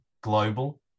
global